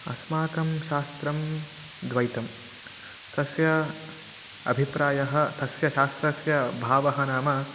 अस्माकं शास्त्रं द्वैतं तस्य अभिप्रायः तस्य शास्त्रस्य भावः नाम